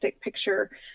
picture